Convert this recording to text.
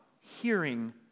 hearing